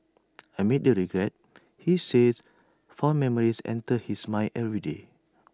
amid the regret he says fond memories enter his mind every day